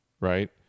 right